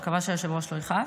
אני מקווה שהיושב-ראש לא יכעס.